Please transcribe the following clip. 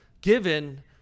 given